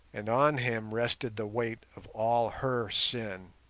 and on him rested the weight of all her sin.